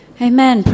Amen